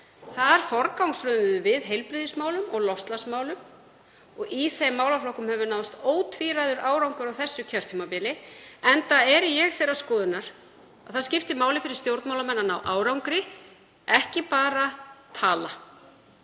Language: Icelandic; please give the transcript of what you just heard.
Þar forgangsröðuðum við heilbrigðismálum og loftslagsmálum og í þeim málaflokkum hefur náðst ótvíræður árangur á þessu kjörtímabili, enda er ég þeirrar skoðunar að það skipti máli fyrir stjórnmálamenn að ná árangri, ekki bara tala.